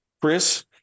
Chris